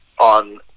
on